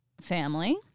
family